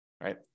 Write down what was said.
right